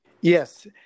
Yes